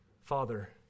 Father